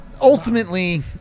ultimately